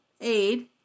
Aid